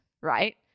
right